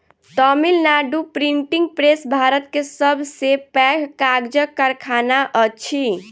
Tamil Nadu printing press Bharat के सब से पैघ कागजक कारखाना अछि